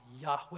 Yahweh